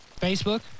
Facebook